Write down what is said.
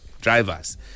drivers